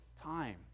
time